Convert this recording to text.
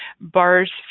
BARS